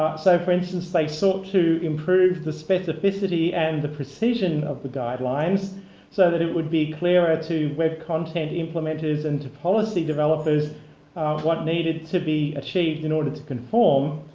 so, for instance, they sought to improve the specificity and the precision of the guidelines so that it would be clearer to web content implementers and to policy developers what needed to be achieved in order to conform.